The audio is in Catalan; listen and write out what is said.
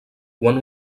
quan